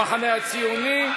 המחנה הציוני,